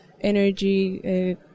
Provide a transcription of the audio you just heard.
energy